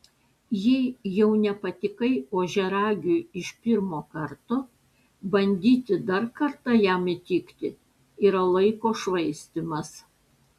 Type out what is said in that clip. jei jau nepatikai ožiaragiui iš pirmo karto bandyti dar kartą jam įtikti yra laiko švaistymas